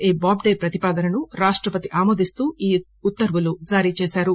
ఏ బాబ్డే ప్రతిపాదనను రాష్టపతి ఆమోదిస్తూ ఈ ఉత్తర్వులు జారీ చేశారు